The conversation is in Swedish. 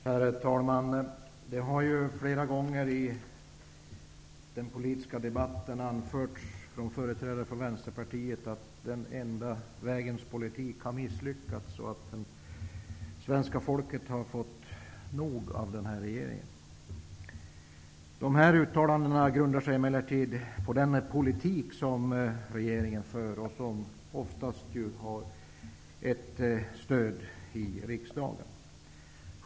Herr talman! Det har flera gånger i den politiska debatten anförts från företrädare för Vänsterpartiet att den enda vägens politik har misslyckats och att svenska folket har fått nog av den här regeringen. Sådana uttalanden grundar sig emellertid på den politik som regeringen har fört och som ju oftast har ett stöd i riksdagen.